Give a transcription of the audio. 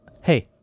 Hey